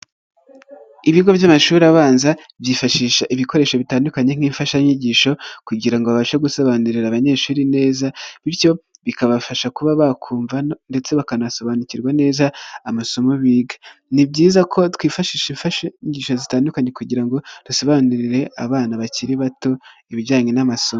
Ibigo by'amashuri abanza byifashisha ibikoresho bitandukanye nk'imfashanyigisho kugira babashe gusobanurira abanyeshuri neza bityo bikabafasha kuba bakumva ndetse bakanasobanukirwa neza amasomo biga, ni byiza ko twifashisha imfashanyigisho zitandukanye kugira ngo dusobanurire abana bakiri bato ibijyanye n'amasomo.